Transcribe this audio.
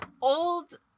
old